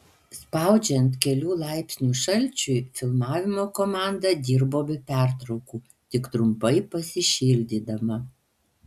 spaudžiant kelių laipsnių šalčiui filmavimo komanda dirbo be pertraukų tik trumpai pasišildydama